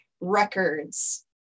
records